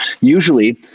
Usually